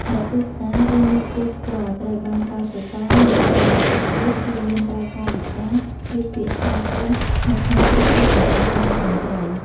អ្នកទស្សនា ឬអ្នកទេសចរត្រូវបានកោតសរសើរនៅពេលដែលពួកគេព្យាយាមប្រើកាយវិការឬពាក្យស្វាគមន៍នៅក្នុងស្រុកឬតំបន់បាន ត្រឹមត្រូវ។